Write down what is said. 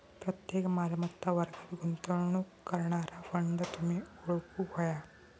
प्रत्येक मालमत्ता वर्गात गुंतवणूक करणारा फंड तुम्ही ओळखूक व्हया